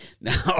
Now